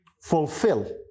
Fulfill